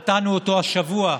נתנו אותו השבוע: